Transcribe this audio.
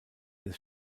des